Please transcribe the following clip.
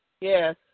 Yes